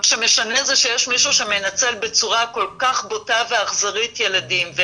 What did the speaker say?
מה שמשנה זה שיש מישהו שמנצל בצורה כל כך בוטה ואכזרית ילדים.